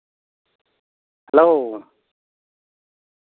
hello